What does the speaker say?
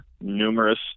numerous